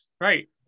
right